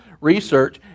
research